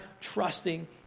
trusting